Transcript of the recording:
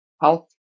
health